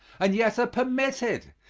and yet are permitted,